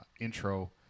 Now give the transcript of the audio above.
intro